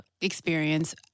experience